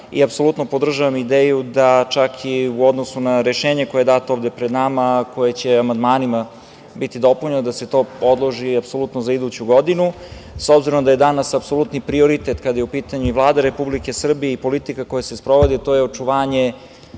i apsolutno podržavam ideju da čak i u odnosu na rešenje koje je dato ovde pred nama, a koje će amandmanima biti dopunjeno da se to odloži apsolutno za iduću godinu s obzirom da je danas apsolutni prioritet, kada je u pitanju i Vlada Republike Srbije i politika koja se sprovodi, očuvanje